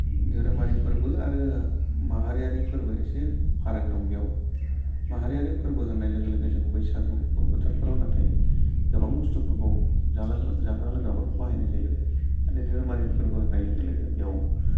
धोरोमारि फोरबो आरो माहारियारि फोरबो एसे फाराग दं बेयाव माहारियारि फोरबो होननाय लोगो लोगो जों बैसागु बोथोरफोराव नाथाय गोबां बुस्तुफोरखौ जाग्रा लोंग्राफोरखौ बाहायनाय जायो माने धोरोमारि फोरबो होननाय लोगो लोगो बेयाव